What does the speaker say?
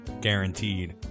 guaranteed